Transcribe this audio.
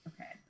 Okay